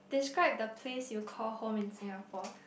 describe the place you call home in Singapore